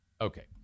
okay